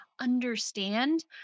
understand